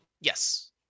Yes